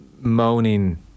moaning